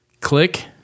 Click